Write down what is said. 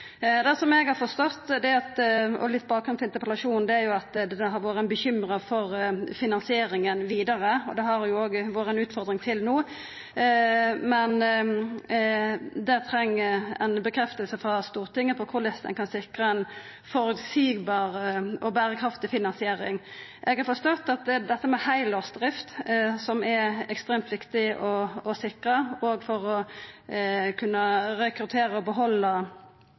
interpellasjonen, er at ein har vore bekymra for finansieringa vidare. Det har òg vore ei utfordring til no. Der treng ein stadfesting frå Stortinget om korleis ein kan sikra ei føreseieleg og berekraftig finansiering. Eg har forstått at dette med heilårsdrift, som er ekstremt viktig å sikra òg for å rekruttera og behalda